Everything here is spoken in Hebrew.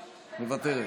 מוותרת,